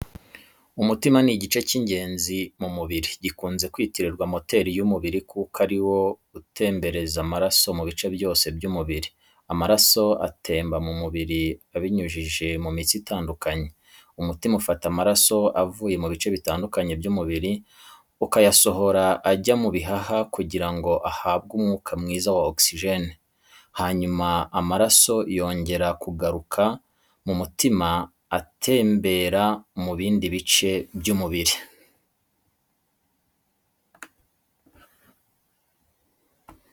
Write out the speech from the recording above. Umutima ni igice cy’ingenzi mu mubiri gikunze kwitirirwa moteri y’umubiri, kuko ari wo utembereza amaraso mu bice byose by’umubiri. Amaraso atemba mu mubiri abinyujije mu mitsi itandukanye, umutima ufata amaraso avuye mu bice bitandukanye by’umubiri ukayasohora ajya mu bihaha kugira ngo ahabwe umwuka mwiza wa oxygen, hanyuma amaraso yongera kugaruka mu mutima atembere mu bindi bice by’umubiri.